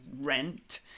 rent